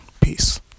Peace